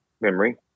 memory